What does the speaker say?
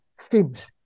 themes